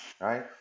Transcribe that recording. right